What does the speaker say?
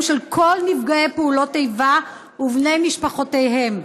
של כל נפגעי פעולות איבה ובני משפחותיהם,